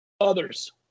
others